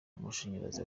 amashanyarazi